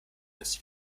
ins